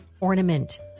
ornament